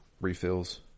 refills